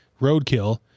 roadkill